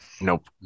Nope